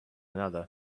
another